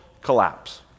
collapse